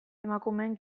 emakumeen